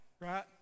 Right